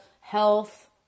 health